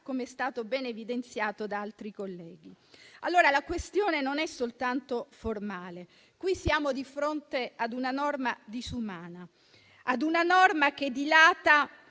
com'è stato ben evidenziato da altri colleghi. La questione non è soltanto formale: qui siamo di fronte a una norma disumana, una norma che dilata